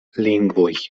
lingvoj